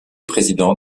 président